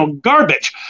garbage